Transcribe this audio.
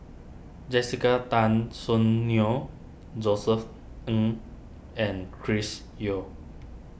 Jessica Tan Soon Neo Josef Ng and Chris Yeo